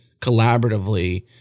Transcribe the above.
collaboratively